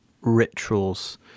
rituals